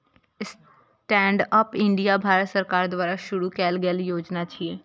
stand up India Bharat सरकार द्वारा शुरू कैल गेल योजना छियै